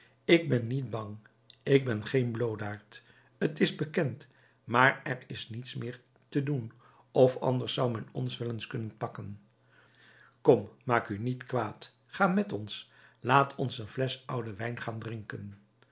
ik ben niet bang ik ben geen bloodaard t is bekend maar er is niets meer te doen of anders zou men ons wel eens kunnen pakken kom maak u niet kwaad ga met ons laat ons een flesch ouden wijn gaan drinken